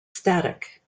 static